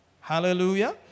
Hallelujah